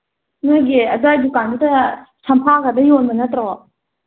ꯅꯈꯣꯏꯒꯤ ꯑꯗꯨꯋꯥꯏ ꯗꯨꯀꯥꯟꯗꯨꯗ ꯁꯝꯐꯥꯒꯗꯣ ꯌꯣꯟꯕ ꯅꯠꯇ꯭ꯔꯣ